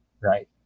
right